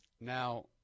now